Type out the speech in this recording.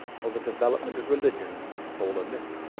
or the development of religion from a solar myth.